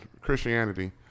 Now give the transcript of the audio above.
Christianity